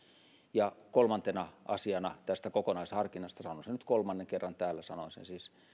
ja kolmantena asiana tästä kokonaisharkinnasta sanon nyt kolmannen kerran täällä sanoin sen siis